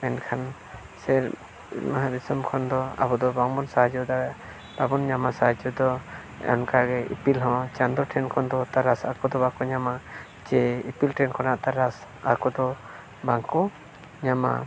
ᱮᱱᱠᱷᱟᱱ ᱥᱮ ᱢᱚᱦᱟ ᱫᱤᱥᱚᱢ ᱠᱷᱚᱱ ᱫᱚ ᱟᱵᱚ ᱫᱚ ᱵᱟᱝᱵᱚᱱ ᱥᱟᱦᱟᱡᱡᱚ ᱫᱟᱲᱮᱭᱟᱜᱼᱟ ᱵᱟᱵᱚᱱ ᱧᱟᱢᱟ ᱥᱟᱦᱟᱡᱡᱚ ᱫᱚ ᱚᱱᱠᱟᱜᱮ ᱤᱯᱤᱞ ᱦᱚᱸ ᱪᱟᱸᱫᱳ ᱴᱷᱮᱱ ᱠᱷᱚᱱ ᱫᱚ ᱛᱟᱨᱟᱥ ᱟᱠᱚ ᱫᱚ ᱵᱟᱠᱚ ᱧᱟᱢᱟ ᱪᱮ ᱤᱯᱤᱞ ᱴᱷᱮᱱ ᱠᱷᱚᱱᱟᱜ ᱛᱟᱨᱟᱥ ᱟᱠᱚ ᱫᱚ ᱵᱟᱝᱠᱚ ᱧᱟᱢᱟ